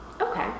Okay